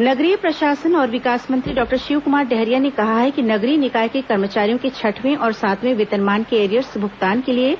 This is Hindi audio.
नगरीय प्रशासन मंत्री सम्मान समारोह नगरीय प्रशासन और विकास मंत्री डॉक्टर शिवक्मार डहरिया ने कहा है कि नगरीय निकाय के कर्मचारियों के छठवें और सातवें वेतनमान के एरियर्स भूगतान के लिए